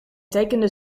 tekende